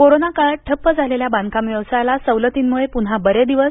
corona काळात ठप्प झालेल्या बांधकाम व्यवसायाला सवलतींमुळे पून्हा बरे दिवस